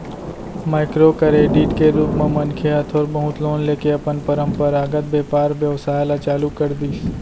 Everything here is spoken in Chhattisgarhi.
माइक्रो करेडिट के रुप म मनखे ह थोर बहुत लोन लेके अपन पंरपरागत बेपार बेवसाय ल चालू कर दिस